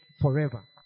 forever